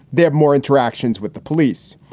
they have more interactions with the police.